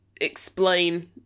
explain